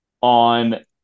on